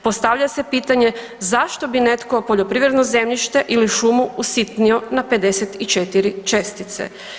Postavlja se pitanje zašto bi netko poljoprivredno zemljište ili šumu usitnio na 54 čestice?